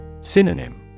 Synonym